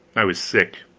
i was sick.